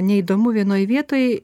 neįdomu vienoj vietoj